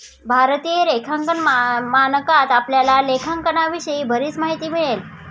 भारतीय लेखांकन मानकात आपल्याला लेखांकनाविषयी बरीच माहिती मिळेल